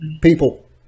People